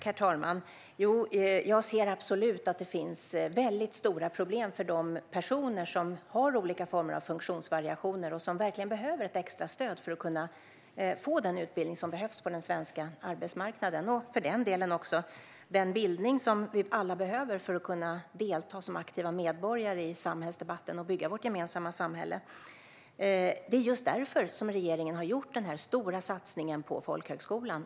Herr talman! Jag ser absolut att det finns stora problem för de personer som har olika former av funktionsvariationer och som verkligen behöver extra stöd för att kunna få den utbildning som behövs på den svenska arbetsmarknaden, för den delen också den bildning som alla behöver för att kunna delta som aktiva medborgare i samhällsdebatten och bygga vårt gemensamma samhälle. Det är just därför regeringen har gjort den här stora satsningen på folkhögskolan.